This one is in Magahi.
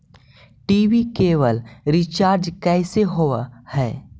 टी.वी केवल रिचार्ज कैसे होब हइ?